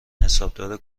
حسابدار